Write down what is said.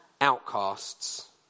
outcasts